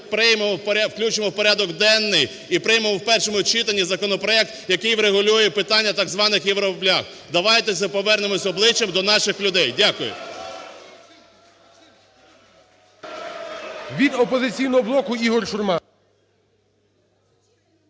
включимо в порядок денний і приймемо в першому читанні законопроект, який врегулює питання так званих "євроблях". Давайте повернемося обличчям до наших людей. Дякую.